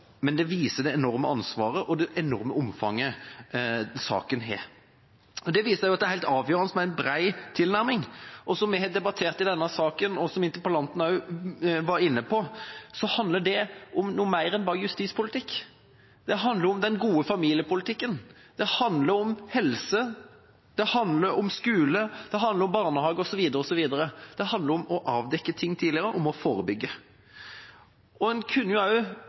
Det viser det enorme ansvaret og det enorme omfanget saken har. Det viser også at det er helt avgjørende med en bred tilnærming. Som vi har debattert i denne saken, og som interpellanten også var inne på, handler det om noe mer enn bare justispolitikk. Det handler om den gode familiepolitikken, det handler om helse, det handler om skole, det handler om barnehage osv. Det handler om å avdekke ting tidligere og om å forebygge. Man kunne